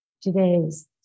today's